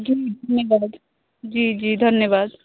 जी धन्यवाद जी जी धन्यवाद